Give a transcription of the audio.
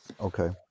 Okay